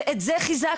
ואת זה חיזקנו.